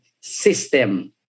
system